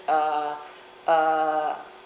uh uh